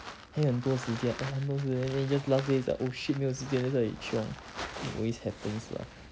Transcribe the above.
还有很多时间 eh 很多时间 then 你 just last day is like oh shit 没有时间 that's why you chiong it always happens lah